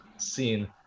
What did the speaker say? Scene